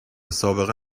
سابقه